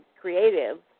creative